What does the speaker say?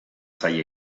zaie